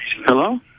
Hello